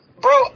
Bro